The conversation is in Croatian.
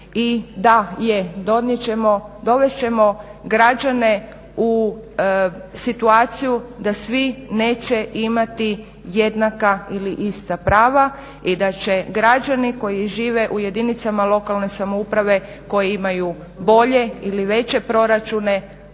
i da je dovest ćemo građane u situaciju da svi neće imati jednaka ili ista prava i da će građani koji žive u jedinicama lokalne samouprave koji imaju bolje ili veće proračune